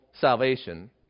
salvation